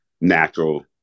natural